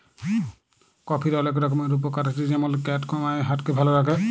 কফির অলেক রকমের উপকার আছে যেমল ফ্যাট কমায়, হার্ট কে ভাল ক্যরে